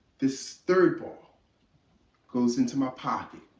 this third ball goes into my pocket.